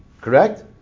Correct